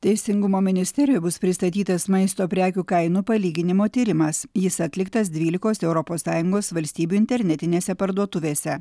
teisingumo ministerijoje bus pristatytas maisto prekių kainų palyginimo tyrimas jis atliktas dvylikos europos sąjungos valstybių internetinėse parduotuvėse